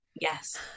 yes